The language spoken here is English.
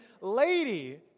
lady